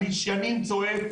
אני שנים צועק,